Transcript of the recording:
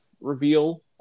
reveal